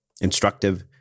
instructive